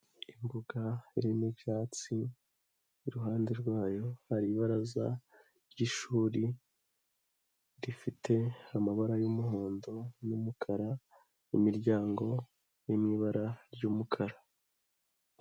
Imbwaga irimo ibyatsi, iruhande rwayo hari ibaraza ry'ishuri rifite amabara y'umuhondo n'umukara n'imiryango iri mu ibara ry'umukara.